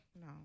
No